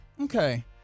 okay